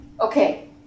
Okay